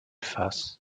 fuss